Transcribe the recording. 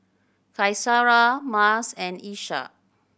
Qaisara Mas and Ishak